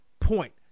point